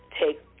take